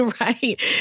right